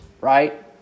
right